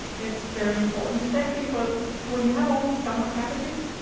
it's very important, especially for when you have all these summer cabbages,